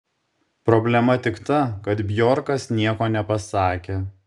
problema tik ta kad bjorkas nieko nepasakė